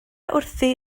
wrthi